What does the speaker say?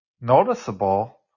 noticeable